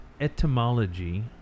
etymology